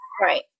Right